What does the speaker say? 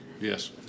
Yes